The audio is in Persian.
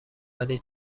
ولی